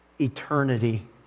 Eternity